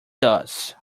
does